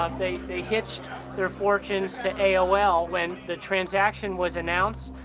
um they they hitched their fortunes to aol when the transaction was announced,